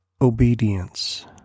obedience